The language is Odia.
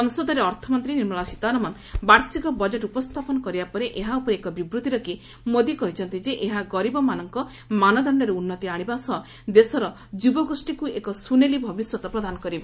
ସଂସଦରେ ଅର୍ଥମନ୍ତୀ ନିର୍ମଳା ସୀତାରମଣ ବାର୍ଷିକ ବଜେଟ୍ ଉପସ୍ତାପନ କରିବା ପରେ ଏହା ଉପରେ ଏକ ବିବୃତ୍ତି ରଖି ମୋଦି କହିଛନ୍ତି ଏହା ଗରିବମାନଙ୍କ ମାନଦଣ୍ଡରେ ଉନ୍ନତି ଆଶିବା ସହ ଦେଶର ଯୁବଗୋଷୀକୁ ଏକ ସ୍ପୁନେଲି ଭବିଷ୍ରତ ପ୍ରଦାନ କରିବ